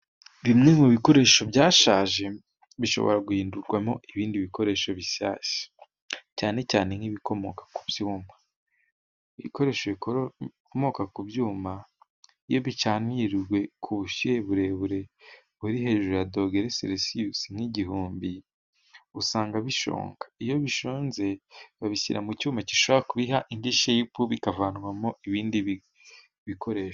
Bimwe mu bikoresho byashaje, bishobora guhindurwamo ibindi bikoresho bisha cyane cyane nk'ibikomoka ku byuma. Ibikoresho bikomoka ku byuma iyo bicanirijwe ku bushyuhe burebure buri hejuru ya dogere selisiyusi nk'igihumbi, usanga bishonga iyo bishonze, babishyira mu cyuma gishobora kubiha indi shepu, bikavanwamo ibindi bikoresho.